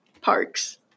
Parks